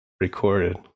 Recorded